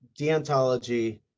deontology